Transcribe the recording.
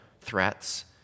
threats